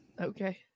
Okay